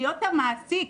להיות המעסיק,